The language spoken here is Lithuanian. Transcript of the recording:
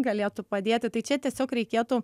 galėtų padėti tai čia tiesiog reikėtų